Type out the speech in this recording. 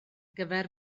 gyfer